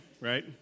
right